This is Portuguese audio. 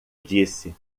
disse